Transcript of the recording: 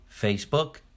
Facebook